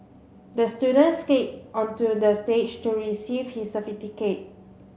the student skated onto the stage to receive his certificate